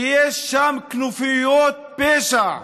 שיש שם כנופיות פשע,